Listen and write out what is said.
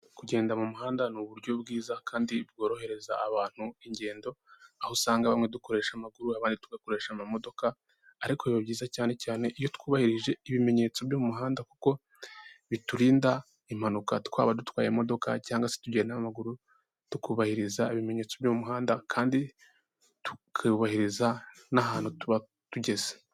Kugenda mu muhanda ni uburyo bwiza kandi bworohereza abantu ingendo, aho usanga bamwe dukoresha amaguru abandi tugakoresha amamodoka, ariko biba byiza cyane cyane iyo twubahirije ibimenyetso byo mu muhanda kuko biturinda impanuka twaba dutwaye imodoka cyangwa se tugenda n'amaguru tukubahiriza ibimenyetso byo mu muhanda kandi tukubahiriza n'ahantu tuba tugeze.